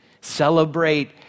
celebrate